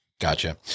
Gotcha